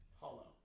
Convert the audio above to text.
hollow